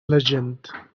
legend